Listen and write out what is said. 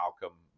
Malcolm